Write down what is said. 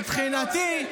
מבחינתי,